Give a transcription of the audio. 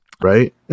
right